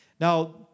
now